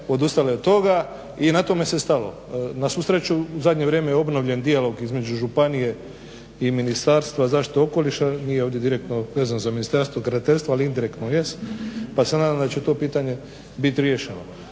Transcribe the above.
odustala od toga i na tome se stalo. Na svu sreću u zadnje vrijeme je obnovljen dijalog između županije i Ministarstva zaštite okoliša, nije ovdje direktno vezan za Ministarstvo graditeljstva ali indirektno jest, pa se nadam da će to pitanje bit riješeno.